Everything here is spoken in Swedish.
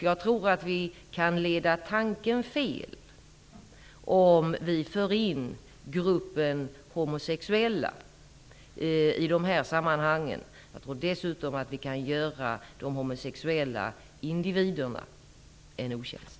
Jag tror att vi kan leda tanken fel om vi för in gruppen homosexuella i de här sammanhangen. Jag tror dessutom att vi kan göra de homosexuella individerna en otjänst.